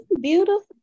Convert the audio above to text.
beautiful